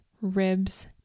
ribs